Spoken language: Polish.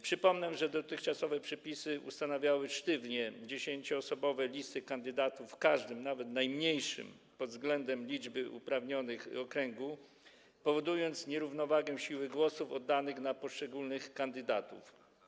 Przypomnę, że dotychczasowe przepisy ustanawiały sztywne 10-osobowe listy kandydatów w każdym, nawet najmniejszym pod względem liczby uprawnionych, okręgu, powodując nierównowagę siły głosów oddanych na poszczególnych kandydatów.